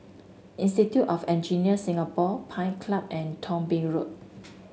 Institute of Engineers Singapore Pine Club and Thong Bee Road